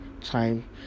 time